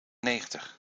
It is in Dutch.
negentig